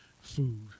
food